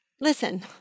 Listen